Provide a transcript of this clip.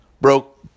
broke